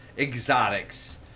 Exotics